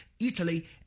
Italy